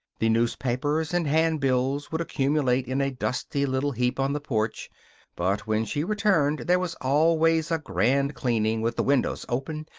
the newspapers and handbills would accumulate in a dusty little heap on the porch but when she returned there was always a grand cleaning, with the windows open,